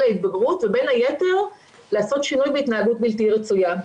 ההתבגרות ובין היתר לעשות שינוי בהתנהגות בלתי רצויה.